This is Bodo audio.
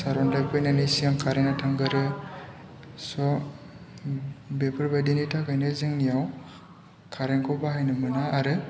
सारअन्थाइ फैनायनि सिगां कारेन्टआ थांग्रोयो स' बेफोरबायदिनि थाखायनो जोंनियाव कारेन्टखौ बाहायनो मोना आरो